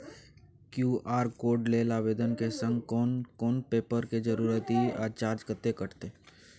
QR code लेल आवेदन के संग कोन कोन पेपर के जरूरत इ आ चार्ज कत्ते कटते?